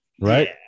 Right